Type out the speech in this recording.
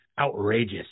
outrageous